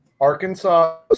Arkansas